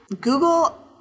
Google